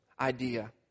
idea